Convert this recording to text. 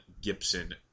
Gibson